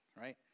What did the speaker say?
right